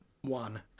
one